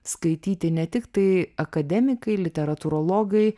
skaityti ne tiktai akademikai literatūrologai